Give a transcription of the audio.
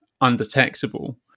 undetectable